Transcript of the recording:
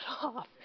off